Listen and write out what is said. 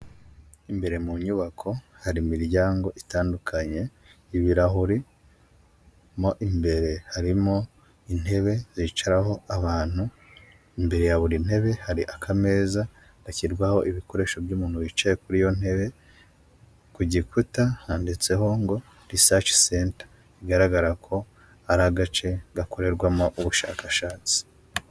Imbere mu nyubako hari imiryango itandukanye y'ibirahuri, mo imbere harimo intebe zicaraho abantu, imbere ya buri ntebe hari akameza gashyirwaho ibikoresho by'umuntu wicaye kuri iyo ntebe, ku gikuta handitseho ngo Resarch center, bigaragara ko ari agace gakorerwamo ubushakashatsi.